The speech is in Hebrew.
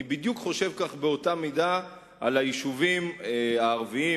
אני חושב כך בדיוק באותה מידה על היישובים הערביים,